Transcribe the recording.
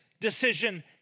decision